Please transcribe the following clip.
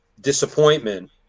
disappointment